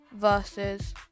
versus